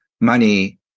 money